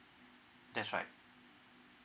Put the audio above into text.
that's right